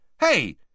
Hey